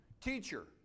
teacher